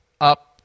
up